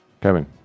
Kevin